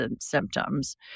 symptoms